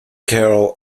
carol